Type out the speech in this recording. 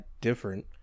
different